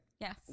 Yes